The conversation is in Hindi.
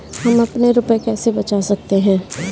हम अपने रुपये कैसे बचा सकते हैं?